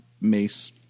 mace